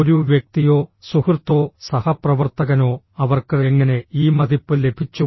ഒരു വ്യക്തിയോ സുഹൃത്തോ സഹപ്രവർത്തകനോ അവർക്ക് എങ്ങനെ ഈ മതിപ്പ് ലഭിച്ചു